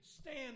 Stand